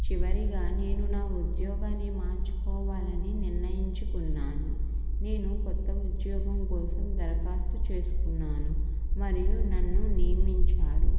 చివరిగా నేను నా ఉద్యోగాన్ని మార్చుకోవాలని నిర్ణయించుకున్నాను నేను కొత్త ఉద్యోగం కోసం దరఖాస్తు చేసుకున్నాను మరియు నన్ను నియమించారు